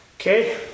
Okay